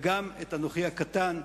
וגם את פניית אנוכי הקטן,